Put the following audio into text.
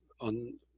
on